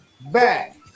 Back